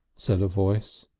said a voice.